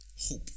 hope